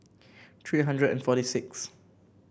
three hundred and forty sixth